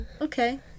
Okay